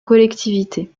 collectivité